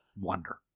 wonder